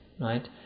right